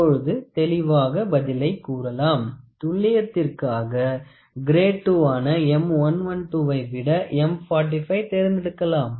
இப்பொழுது தெளிவாக பதிலை கூறலாம் துல்லியத்திற்காக கிரேட் II ஆன M 112 வை விட M 45 தேர்ந்தெடுக்கலாம்